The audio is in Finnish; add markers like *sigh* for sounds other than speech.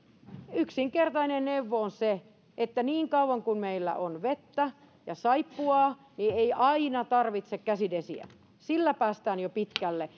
yksinkertainen neuvo on se että niin kauan kuin meillä on vettä ja saippuaa niin ei aina tarvitse käsidesiä sillä päästään jo pitkälle *unintelligible*